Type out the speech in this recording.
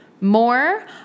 more